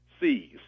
C's